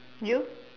you